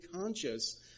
conscious